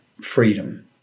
freedom